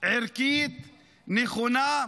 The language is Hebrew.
ערכית נכונה,